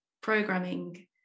programming